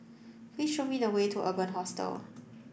please show me the way to Urban Hostel